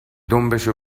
دمبشو